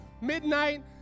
midnight